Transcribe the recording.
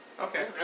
Okay